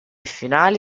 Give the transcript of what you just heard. finali